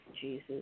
Jesus